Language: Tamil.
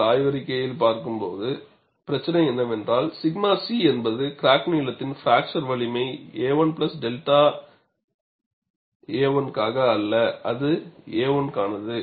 நீங்கள் ஆய்வறிக்கையில் பார்க்கும் பிரச்சினை என்னவென்றால் 𝛔 c என்பது கிராக் நீளத்தின் பிராக்சர் வலிமை a1 𝛿a1 காக அல்ல ஆனால் அது a1 கானது